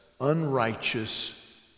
unrighteous